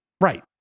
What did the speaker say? right